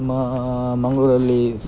ನಮ್ಮ ಮಂಗಳೂರಲ್ಲಿ